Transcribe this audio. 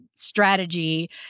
strategy